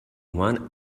one